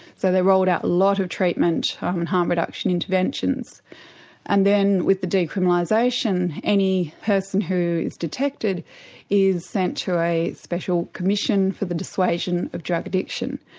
so they rolled out a lot of treatment on harm reduction interventions and then with the decriminalisation any person who is detected is sent to a special commission for the dissuasion of drug addiction.